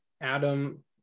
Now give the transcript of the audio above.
Adam